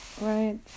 Right